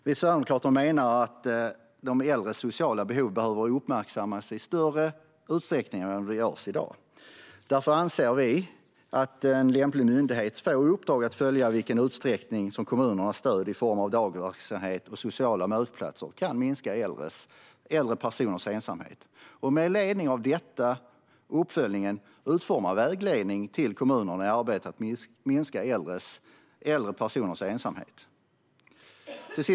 Vi sverigedemokrater menar att de äldres sociala behov behöver uppmärksammas i större utsträckning än vad som görs i dag. Därför anser vi att en lämplig myndighet ska få i uppdrag att följa i vilken utsträckning som kommunernas stöd i form av dagverksamhet och sociala mötesplatser kan minska äldre personers ensamhet, och med ledning av denna uppföljning utforma vägledning för kommunerna när det gäller arbetet att minska äldre personers ensamhet.